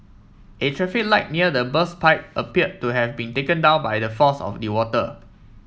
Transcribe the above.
a traffic light near the burst pipe appeared to have been taken down by the force of the water